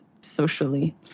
socially